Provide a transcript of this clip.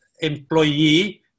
employee